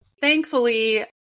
thankfully